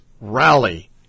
rally